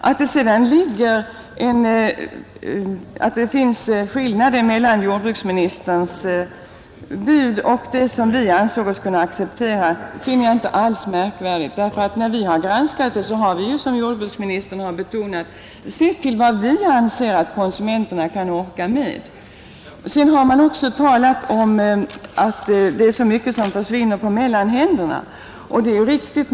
Att det sedan finns en skillnad mellan jordbruksministerns bud och det som vi ansåg oss kunna acceptera finner jag inte alls märkvärdigt. Vid vår granskning har vi ju, vilket jordbruksministern har betonat, sett till vad vi anser att konsumenterna kan orka med. Man har talat om att det är så mycket som försvinner genom mellanhänderna, och detta är riktigt.